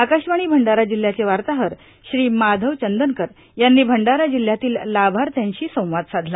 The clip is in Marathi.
आकाशवणी भंडारा जिल्ह्याचे वार्ताहर श्री माधव चंदनकर यांनी भंडारा जिल्ह्यातील लाभार्थ्यांशी संवाद साधला